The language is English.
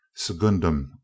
Segundum